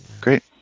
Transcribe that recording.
Great